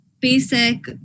basic